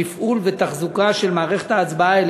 תפעול ותחזוקה של המערכת,